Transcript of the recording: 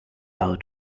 how